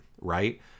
right